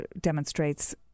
demonstrates